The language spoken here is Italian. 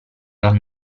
dal